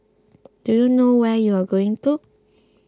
do you know where you're going to